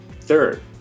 Third